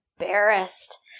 embarrassed